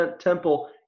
temple